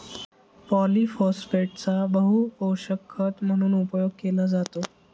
पॉलिफोस्फेटचा बहुपोषक खत म्हणून उपयोग केला जातो